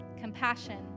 Compassion